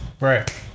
right